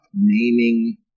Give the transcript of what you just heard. naming